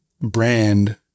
brand